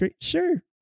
Sure